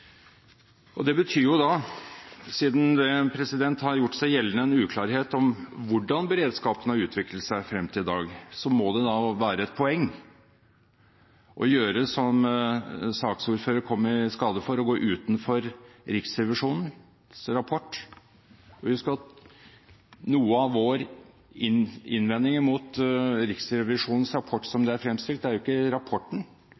før. Det betyr jo da – siden det har gjort seg gjeldende en uklarhet om hvordan beredskapen har utviklet seg frem til i dag – at det må være et poeng å gjøre som saksordføreren kom i skade for, nemlig å gå utenfor Riksrevisjons rapport. Husk at noe av vår innvending mot Riksrevisjonens rapport, som den er fremstilt, går jo ikke på selve rapporten, men det er